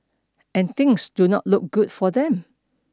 and things do not look good for them